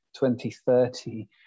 2030